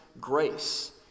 grace